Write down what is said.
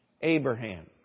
Abraham